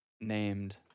named